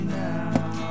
now